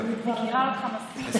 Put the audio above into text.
אני מכירה אותך מספיק.